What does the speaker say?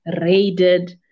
raided